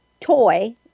toy